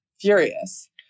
furious